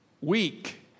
weak